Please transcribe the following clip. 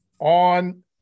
on